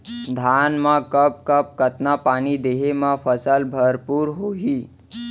धान मा कब कब कतका पानी देहे मा फसल भरपूर होही?